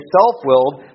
self-willed